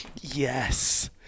Yes